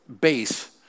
base